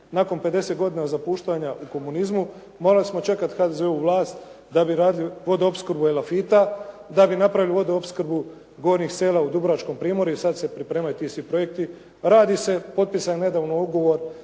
nakon 50 gospodina zapuštanja u komunizmu, morali smo čekati HDZ-ovu vlast da bi radili vodoopskrbu Elafita, da bi napravili vodoopskrbu gornjih sela u dubrovačkom primorju. I sad se pripremaju svi ti projekti. Radi se, potpisan je nedavno ugovor